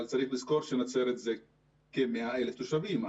אבל צריך לזכור שנצרת מונה כ-100,000 תושבים.